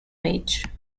age